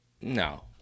No